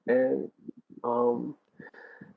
and um